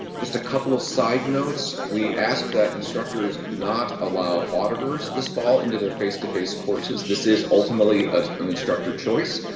just a couple of side notes, we asked that instructors not allow auditors this fall into their face to face courses. this is ultimately an instructor choice.